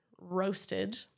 roasted